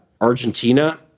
Argentina